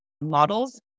models